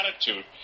attitude